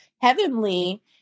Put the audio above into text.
heavenly